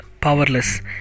powerless